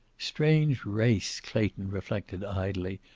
strange race, clayton reflected idly,